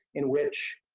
in which